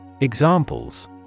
Examples